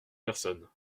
personne